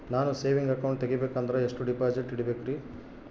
ನಾನು saving account ತೆಗಿಬೇಕಂದರ ಎಷ್ಟು ಡಿಪಾಸಿಟ್ ಇಡಬೇಕ್ರಿ?